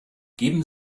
geben